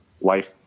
life